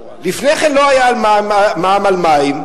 לפני כן לא היה מע"מ על מים,